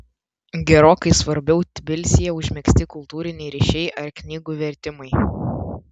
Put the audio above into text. gerokai svarbiau tbilisyje užmegzti kultūriniai ryšiai ar knygų vertimai